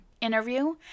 interview